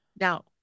Now